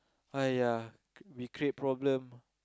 !aiya! we create problem